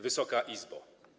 Wysoka Izbo!